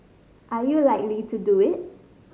are you likely to do it